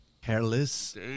Hairless